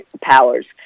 powers